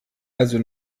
also